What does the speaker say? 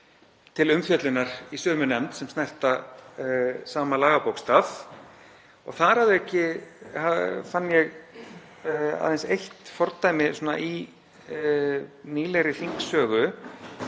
til umfjöllunar í sömu nefnd sem snerta sama lagabókstaf. Þar að auki fann ég aðeins eitt fordæmi í nýlegri þingsögu